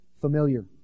familiar